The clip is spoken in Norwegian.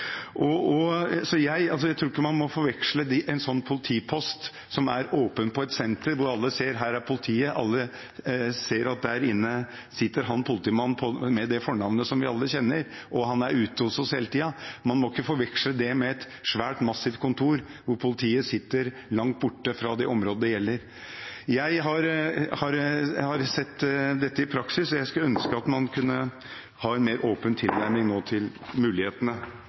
Jeg tror ikke man må forveksle en sånn politipost som er åpen på et senter hvor alle ser at her er politiet, alle ser at der inne sitter han politimannen med det fornavnet vi alle kjenner, og han er ute hos oss hele tiden, med et svært, massivt kontor hvor politiet sitter langt borte fra det området det gjelder. Jeg har sett dette i praksis, og jeg skulle ønske at man nå kunne ha en mer åpen tilnærming til mulighetene.